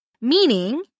meaning